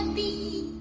the